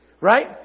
Right